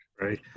right